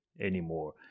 anymore